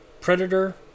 Predator